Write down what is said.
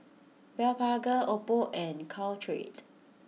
Blephagel Oppo and Caltrate